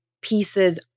pieces